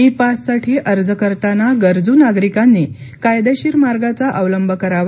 E पाससाठी अर्ज करताना गरजू नागरिकांनी कायदेशीर मार्गाचा अवलंब करावा